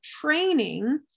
training